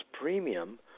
premium